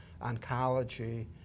oncology